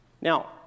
Now